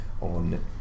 on